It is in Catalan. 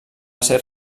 ser